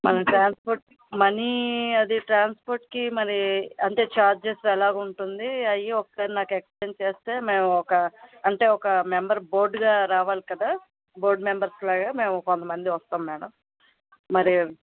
మనం transport money అది ట్రాన్స్పోర్ట్కి మరి అంటే ఛార్జెస్ ఎలాగ ఉంటుంది అయ్యి ఒకసారి నాకు ఎక్స్ప్లెయిన్ చేస్తే మేము ఒక అంటే ఒక మెంబర్ బోర్డుగా రావాలి కదా బోర్డు మెంబర్స్ లాగా మేము కొంత మంది వస్తాం మ్యాడం మరి